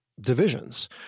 divisions